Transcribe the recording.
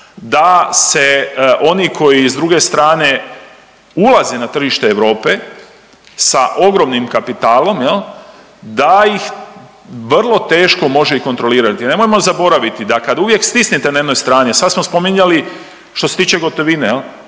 da se oni koji s druge strane ulaze na tržište Europe sa ogromnim kapitalom jel, da ih vrlo teško može i kontrolirati. Nemojmo zaboraviti da kad uvijek stisnete na jednoj strani, a sad smo spominjali što se tiče gotovine